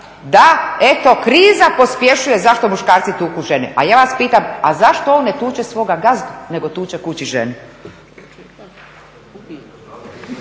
da eto kriza pospješuje zašto muškarci tuku žene. A ja vas pitam a zašto on ne tuče svoga gazdu nego tuče kući ženu?